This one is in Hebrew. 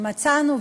בגלל שמצאנו,